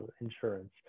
insurance